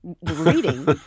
reading